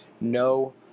No